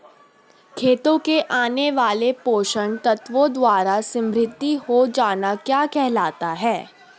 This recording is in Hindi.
खेतों में आने वाले पोषक तत्वों द्वारा समृद्धि हो जाना क्या कहलाता है?